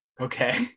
Okay